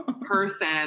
person